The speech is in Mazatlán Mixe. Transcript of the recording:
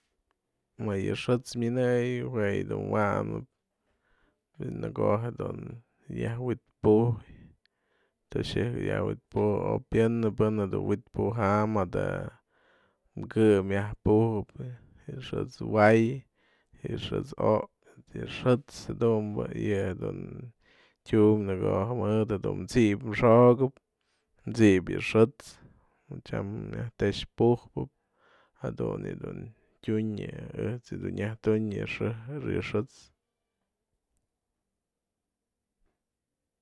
Më yë xë'ët's minëyë jue yë dun wa'anap në ko'o jedun myaj wi'itpujë toxë'ëjk yiaj wi'itpujë oy pyënë pën jedun wi'itpujam madë mkë'ë myaj pujëp yë xë'ët's way yë xë'ët's o'ipyë, yë xë'ët's jadumbë yë dun tyumbë në ko'o jedun mëdë tsi'ip xo'okëp, tsi'ip yë xë'ët's tyam myaj te'ex pujpë jadun yë dun tyun yë ejt's nyaj tun yë xë'ët's.